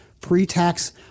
pre-tax